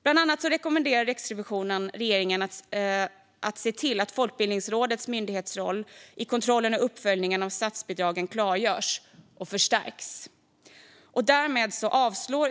Bland annat rekommenderar Riksrevisionen regeringen att se till att Folkbildningsrådets myndighetsroll i kontrollen och uppföljningen av statsbidragen klargörs och förstärks.